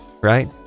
right